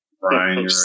Brian